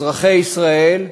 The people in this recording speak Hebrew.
אזרחי ישראל,